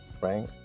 right